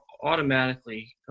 automatically